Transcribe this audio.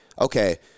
okay